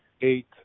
eight –